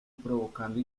provocando